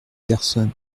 personne